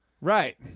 right